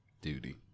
Duty